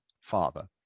father